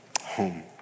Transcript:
home